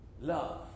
love